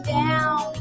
down